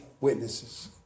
witnesses